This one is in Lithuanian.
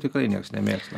tikrai nieks nemėgsta